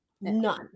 None